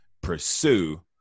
pursue